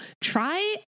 try